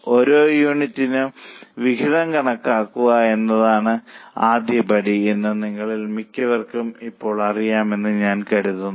ഓരോ യൂണിറ്റിനും വിഹിതം കണക്കാക്കുക എന്നതാണ് ആദ്യപടി എന്ന് നിങ്ങളിൽ മിക്കവർക്കും ഇപ്പോൾ അറിയാമെന്ന് ഞാൻ കരുതുന്നു